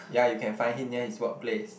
yeah you can find him near his workplace